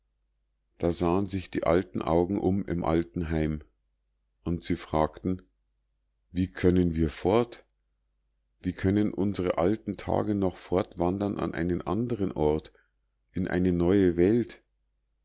da sahen sich die alten augen um im alten heim und sie fragten wie können wir fort wie können unsre alten tage noch fortwandern an einen andern ort in eine neue welt